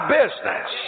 business